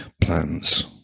plans